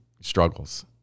struggles